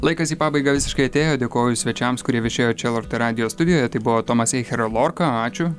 laikas į pabaigą visiškai atėjo dėkoju svečiams kurie viešėjo čia lrt radijo studijoje tai buvo tomas eicher lorka ačiū